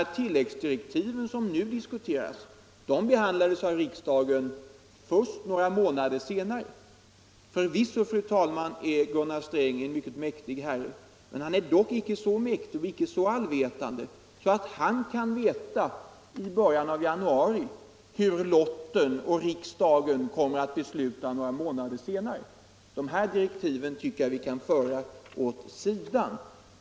De tilläggsdirektiv som nu diskuteras behandlades av riksdagen först några månader senare. Förvisso är Gunnar Sträng en mycket mäktig herre, men han är dock icke så mäktig och så allvetande att han i början av januari kan veta hur riksdagen med hjälp av lotten kommer att besluta några månader senare. Detta tycker jag därför vi kan föra åt sidan.